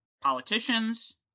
Politicians